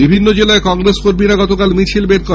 বিভিন্ন জেলায় কংগ্রেস কর্মীরা মিছিল বের করে